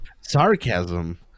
sarcasm